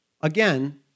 Again